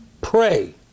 Pray